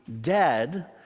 dead